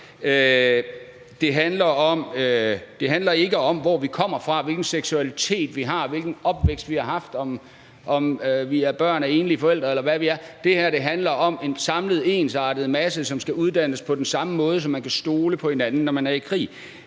Det handler ikke om, hvor vi kommer fra, hvilken seksualitet vi har, hvilken opvækst vi har haft, om vi er børn af enlige forældre, eller hvad vi er. Det her handler om en samlet, ensartet masse, som skal uddannes på den samme måde, så man kan stole på hinanden, når man er i krig.